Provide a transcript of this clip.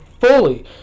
fully